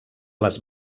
les